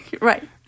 Right